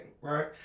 right